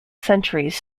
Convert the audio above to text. centuries